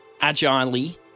agilely